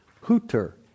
Hooter